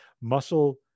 Muscle